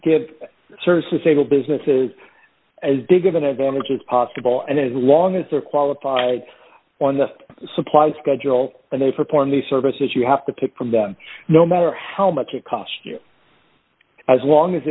give services able businesses as big of an advantage as possible and as long as they're qualified on the supply schedule and they perform the services you have to pick from them no matter how much it costs you as long as